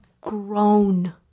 Grown